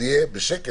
זה יהיה בשקט,